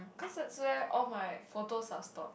cause that's where all my photos are stored